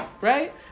Right